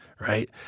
right